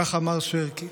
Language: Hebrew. כך אמר שרקי.